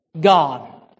God